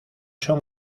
son